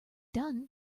done